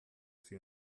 sie